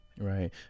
Right